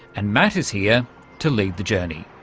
and matt is here to lead the journey.